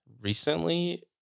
recently